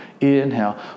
inhale